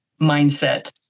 mindset